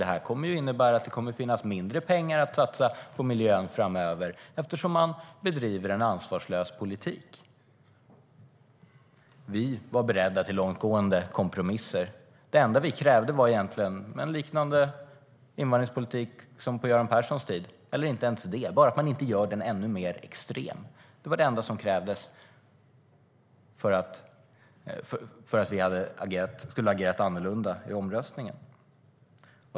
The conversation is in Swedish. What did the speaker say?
Det kommer att innebära att det kommer att finnas mindre pengar att satsa på miljön framöver eftersom man bedriver en ansvarslös politik. Vi var beredda till långtgående kompromisser. Det enda vi egentligen krävde var en liknande invandringspolitik som den på Göran Perssons tid - eller inte ens det, bara att den inte görs ännu mer extrem. Det var det enda som krävdes för att vi skulle ha agerat annorlunda vid omröstningen.